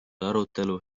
arutelu